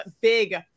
big